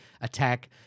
attack